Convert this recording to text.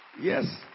Yes